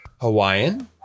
Hawaiian